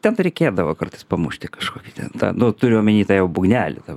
ten tai reikėdavo kartais pamušti kažkokį ten tą nu turiu omeny tą jau būgnelį tą